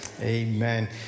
Amen